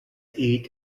eat